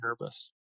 nervous